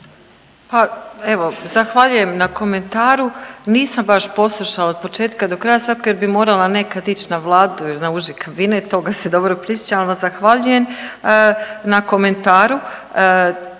Pa evo, zahvaljujem na komentaru. Nisam baš poslušala od početka do kraja jer bih morala nekad ići na Vladu ili na Uži kabinet, toga se dobro prisjećam ali vam zahvaljujem na komentaru,